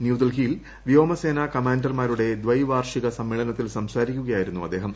ന്യൂഡൽഹിയിൽ വ്യോമസേന കമാൻഡർമാരുടെ ദൈവാർഷിക സമ്മേളനത്തിൽ സംസാരിക്കുകയായിരുന്നു അദ്ദേഹം